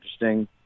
interesting